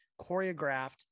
choreographed